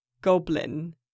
goblin